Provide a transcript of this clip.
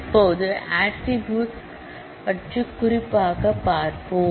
இப்போது ஆட்ரிபூட்களை இன்னும் குறிப்பாகப் பார்ப்போம்